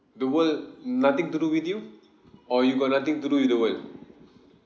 the world nothing to do with you or you got nothing to do with the world